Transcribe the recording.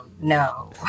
no